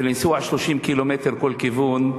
ולנסוע 30 קילומטר לכל כיוון,